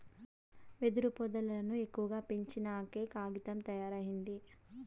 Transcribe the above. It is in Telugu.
వెదురు పొదల్లను ఎక్కువగా పెంచినంకే కాగితం తయారైంది